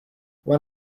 when